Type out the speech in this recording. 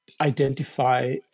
identify